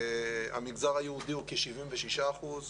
המגזר היהודי הוא כ-76 אחוזים,